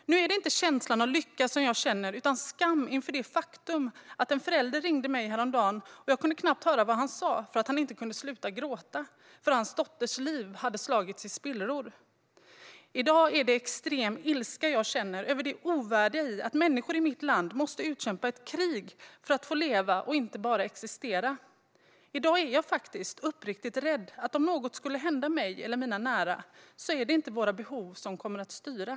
Nu är det inte lycka som jag känner, utan det är skam. En förälder ringde mig häromdagen, och jag kunde knappt höra vad han sa. Han kunde inte sluta gråta, för hans dotters liv hade slagits i spillror. I dag är det extrem ilska jag känner över det ovärdiga i att människor i mitt land måste utkämpa ett krig för att få leva och inte bara existera. I dag är jag uppriktigt rädd att det inte är mina eller våra behov som kommer att styra om något skulle hända mig eller mina nära.